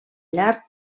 llarg